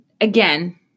again